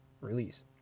release